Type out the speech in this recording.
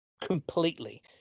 completely